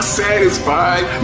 satisfied